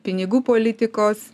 pinigų politikos